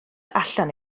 allan